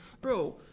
Bro